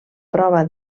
prova